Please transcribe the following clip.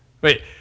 wait